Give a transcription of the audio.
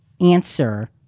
answer